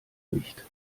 nicht